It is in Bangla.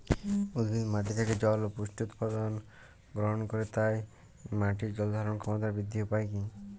উদ্ভিদ মাটি থেকে জল ও পুষ্টি উপাদান গ্রহণ করে তাই মাটির জল ধারণ ক্ষমতার বৃদ্ধির উপায় কী?